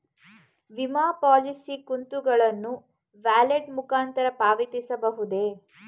ವಿಮಾ ಪಾಲಿಸಿ ಕಂತುಗಳನ್ನು ವ್ಯಾಲೆಟ್ ಮುಖಾಂತರ ಪಾವತಿಸಬಹುದೇ?